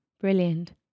brilliant